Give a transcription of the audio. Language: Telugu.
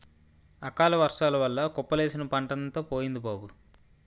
అకాలవర్సాల వల్ల కుప్పలేసిన పంటంతా పోయింది బాబూ